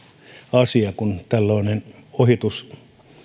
asia kun tällainen ohituslaite